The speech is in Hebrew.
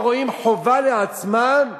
לא רואים חובה לעצמם,